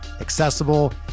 accessible